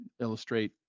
illustrate